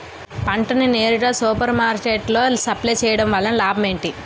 పంట ని నేరుగా సూపర్ మార్కెట్ లో సప్లై చేయటం వలన లాభం ఏంటి?